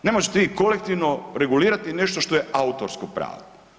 Ne možete vi kolektivno regulirati nešto što je autorsko pravo.